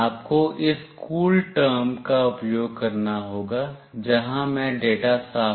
आपको इस कूलटर्म का उपयोग करना होगा जहाँ मैं डेटा साफ़ कर रहा हूँ